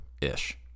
ish